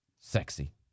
sexy